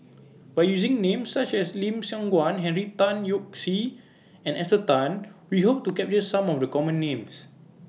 By using Names such as Lim Siong Guan Henry Tan Yoke See and Esther Tan We Hope to capture Some of The Common Names